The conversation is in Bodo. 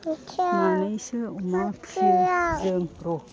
मानैसो अमा फिसियो जों र'